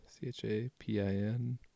C-H-A-P-I-N